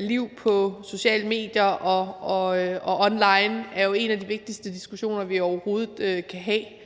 liv online og på sociale medier, er jo en af de vigtigste diskussioner, vi overhovedet kan have